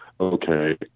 okay